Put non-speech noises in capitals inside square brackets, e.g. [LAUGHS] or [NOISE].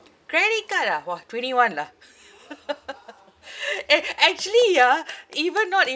credit card ah !wah! twenty one lah [LAUGHS] eh actually ah even not if